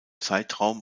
zeitraum